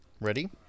Ready